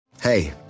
Hey